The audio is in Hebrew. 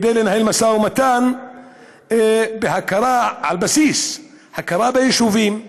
כדי לנהל משא ומתן בהכרה, על בסיס הכרה ביישובים,